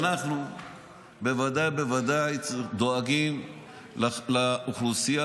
אנחנו בוודאי ובוודאי דואגים לאוכלוסייה